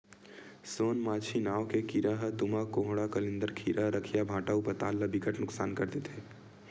सोन मांछी नांव के कीरा ह तुमा, कोहड़ा, कलिंदर, खीरा, रखिया, भांटा अउ पताल ल बिकट के नुकसान कर देथे